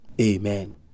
Amen